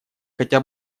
хотя